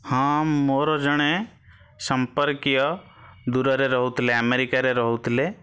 ହଁ ମୋର ଜଣେ ସଂପର୍କୀୟ ଦୂରରେ ରହୁଥିଲେ ଆମେରିକାରେ ରହୁଥିଲେ